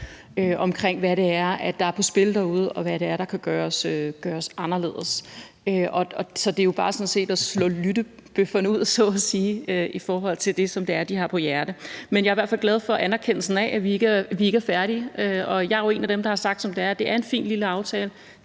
om, hvad det er, der er på spil derude, og hvad det er, der kan gøres anderledes. Så det er jo sådan set bare at slå lyttebøfferne ud så at sige og lytte til, hvad de har på hjerte. Men jeg er i hvert fald glad for anerkendelsen af, at vi ikke er færdige. Jeg er jo en af dem, der har sagt det, som det er. Det er en fin lille aftale.